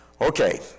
Okay